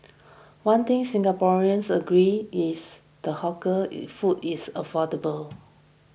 one thing Singaporeans agree is the hawker food is affordable